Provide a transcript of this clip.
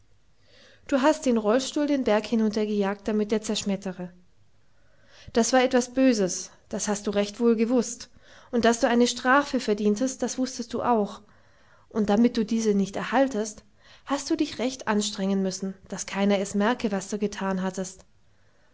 du hast den rollstuhl den berg hinuntergejagt damit er zerschmettere das war etwas böses das hast du recht wohl gewußt und daß du eine strafe verdientest das wußtest du auch und damit du diese nicht erhaltest hast du dich recht anstrengen müssen daß keiner es merke was du getan hattest